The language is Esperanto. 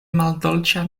maldolĉa